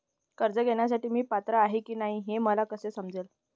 कर्ज घेण्यासाठी मी पात्र आहे की नाही हे मला कसे समजेल?